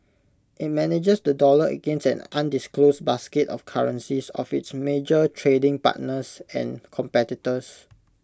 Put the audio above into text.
IT manages the dollar against an undisclosed basket of currencies of its major trading partners and competitors